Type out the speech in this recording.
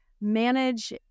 manage